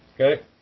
Okay